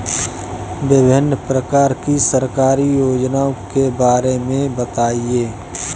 विभिन्न प्रकार की सरकारी योजनाओं के बारे में बताइए?